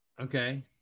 Okay